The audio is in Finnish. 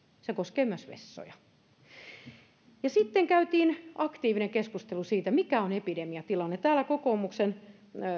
se koskee myös vessoja sitten käytiin aktiivinen keskustelu siitä mikä on epidemiatilanne täällä kokoomuksen